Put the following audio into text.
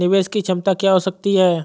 निवेश की क्षमता क्या हो सकती है?